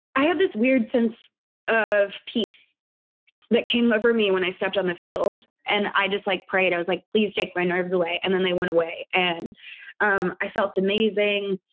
i had this weird sense of peace that came over me when i stepped on the field and i just like prayed. i was like, please take my nerves away. and then they went away and um i felt amazing.